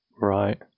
Right